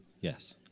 Yes